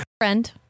Friend